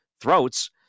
throats